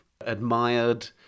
admired